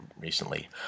recently